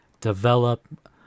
develop